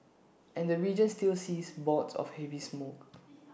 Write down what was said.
and the region still sees bouts of heavy smog